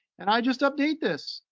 and i just update this.